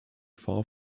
far